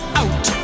out